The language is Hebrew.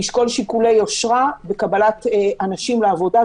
לשקול שיקולי יושרה בקבלת אנשים לעבודה,